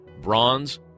bronze